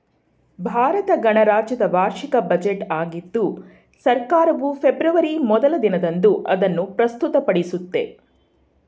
ಭಾರತ ಗಣರಾಜ್ಯದ ವಾರ್ಷಿಕ ಬಜೆಟ್ ಆಗಿದ್ದು ಸರ್ಕಾರವು ಫೆಬ್ರವರಿ ಮೊದ್ಲ ದಿನದಂದು ಅದನ್ನು ಪ್ರಸ್ತುತಪಡಿಸುತ್ತೆ